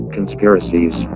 Conspiracies